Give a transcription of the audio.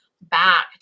back